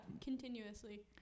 continuously